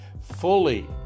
fully